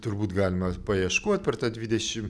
turbūt galima paieškot per tą dvidešim